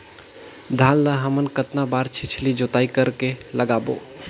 धान ला हमन कतना बार छिछली जोताई कर के लगाबो?